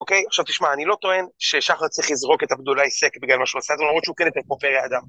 אוקיי, עכשיו תשמע, אני לא טוען ששחר צריך לזרוק את עבדולאי סק בגלל מה שהוא עשה, למרות שהוא כן התנהג כמו פרא אדם.